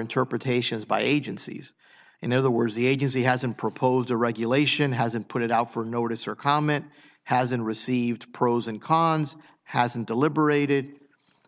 interpretations by agencies in other words the agency hasn't proposed a regulation hasn't put it out for notice or comment hasn't received pros and cons hasn't deliberated